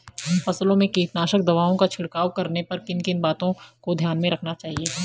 फसलों में कीटनाशक दवाओं का छिड़काव करने पर किन किन बातों को ध्यान में रखना चाहिए?